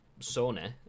Sony